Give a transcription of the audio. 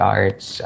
arts